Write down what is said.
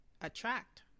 Attract